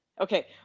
Okay